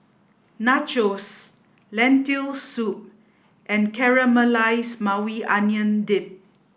Nachos Lentil soup and Caramelized Maui Onion Dip